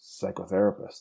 psychotherapist